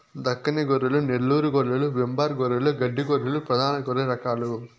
దక్కని గొర్రెలు, నెల్లూరు గొర్రెలు, వెంబార్ గొర్రెలు, గడ్డి గొర్రెలు ప్రధాన గొర్రె రకాలు